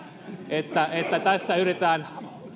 että että tässä yritetään